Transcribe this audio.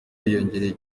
yiyongereye